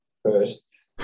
first